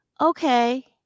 okay